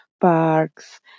parks